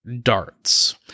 darts